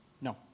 No